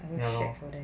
shag for them